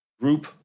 group